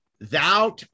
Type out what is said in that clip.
thou